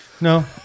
No